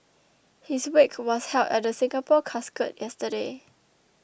his wake was held at the Singapore Casket yesterday